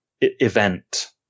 event –